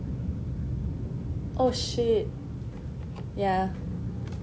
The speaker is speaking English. oh shit ya